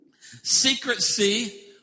Secrecy